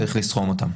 צריך לסכום אותם.